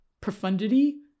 profundity